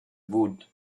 wood